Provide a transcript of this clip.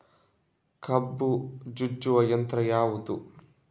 ಕಬ್ಬು ಜಜ್ಜುವ ಯಂತ್ರ ಯಾವುದು?